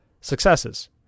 successes